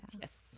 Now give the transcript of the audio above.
yes